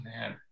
man